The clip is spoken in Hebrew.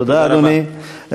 תודה, אדוני.